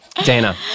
Dana